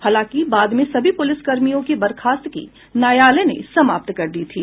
हालांकि बाद में सभी पूलिसकर्मियों की बर्खास्तगी न्यायालय ने समाप्त कर दी थी